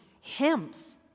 hymns